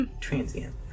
Transient